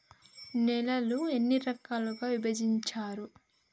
నేలలను ఎన్ని రకాలుగా విభజించారు?